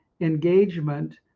engagement